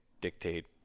dictate